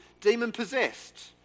demon-possessed